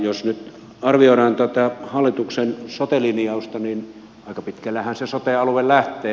jos nyt arvioidaan tätä hallituksen sote linjausta niin aika pitkällehän se sote alue lähtee